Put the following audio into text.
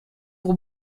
pour